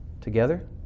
together